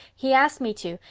he asked me to,